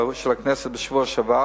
בערוץ של הכנסת, בשבוע שעבר,